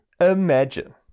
imagine